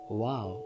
wow